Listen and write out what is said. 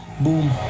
Boom